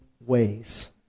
ways